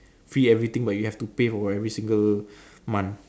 free everything but you have to pay for every single month